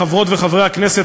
חברות וחברי הכנסת,